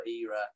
era